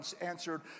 answered